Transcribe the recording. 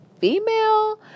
female